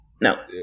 no